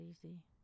easy